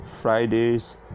Fridays